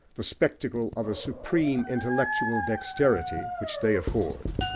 the spectacle of a supreme intellectual dexterity which they afford.